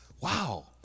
wow